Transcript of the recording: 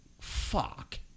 Fuck